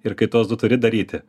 ir kai tuos du turi daryti